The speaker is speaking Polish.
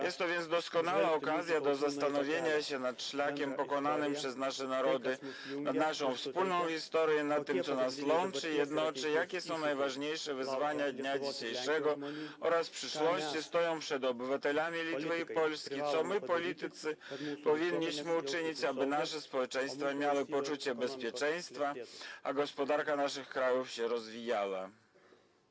Jest to więc doskonała okazja do zastanowienia się nad szlakiem pokonanym przez nasze narody, nad naszą wspólną historią i nad tym, co nasz łączy, jednoczy, nad tym, jakie są najważniejsze wyzwania dnia dzisiejszego oraz przyszłości, stojące przed obywatelami Litwy i Polski, co my, politycy, powinniśmy uczynić, aby nasze społeczeństwa miały poczucie bezpieczeństwa, a gospodarki naszych krajów się rozwijały.